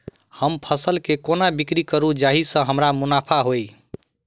हम फसल केँ कोना बिक्री करू जाहि सँ हमरा मुनाफा होइ?